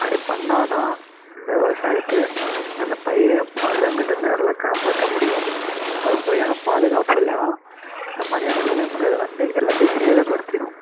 அப்படி பண்ணால்தான் இந்த விவசாயித்தை அந்த பயிரை விலங்குகிட்டேருந்து நல்லா காப்பாற்ற முடியும் அதுதான் முறையான பாதுகாப்பு இல்லைன்னா இந்தமாதிரியான விலங்குகள் வந்து எல்லாத்தேயும் சேதப்படுத்திடும்